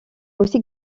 aussi